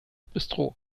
bistro